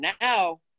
Now